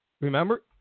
Remember